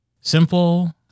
simple